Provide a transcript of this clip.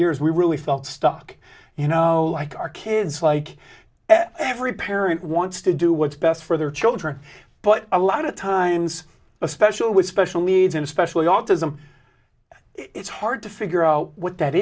years we really felt stuck you know like our kids like every parent wants to do what's best for their children but a lot of times especially with special needs and especially autism it's hard to figure out what that